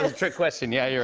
ah trick question. yeah, you're